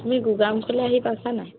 তুমি গোগামুখলে আহি পাইছা নাই